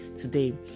today